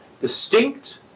distinct